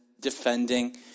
defending